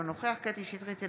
אינו נוכח קטי קטרין שטרית,